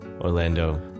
Orlando